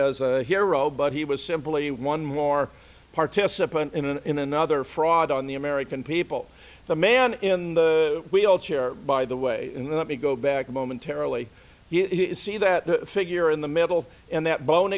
as a hero but he was simply one more participant in an in another fraud on the american people the man in the wheelchair by the way and let me go back momentarily see that figure in the middle and that bone